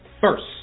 first